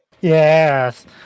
Yes